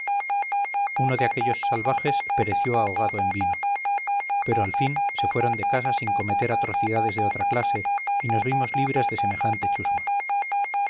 uno de aquellos salvajes pereció ahogado en vino pero al fin se fueron de casa sin cometer atrocidades de otra clase y nos vimos libres de semejante chusma